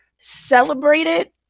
celebrated